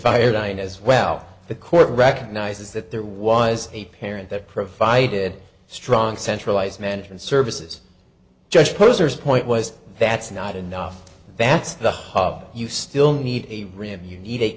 fired on as well the court recognizes that there was a parent that provided strong centralized management services just posers point was that's not enough that's the hub you still need a room you need a